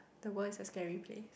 the world is a scary place